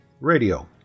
radio